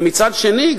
ומצד שני,